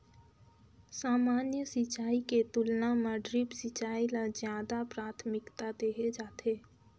सामान्य सिंचाई के तुलना म ड्रिप सिंचाई ल ज्यादा प्राथमिकता देहे जाथे